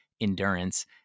Endurance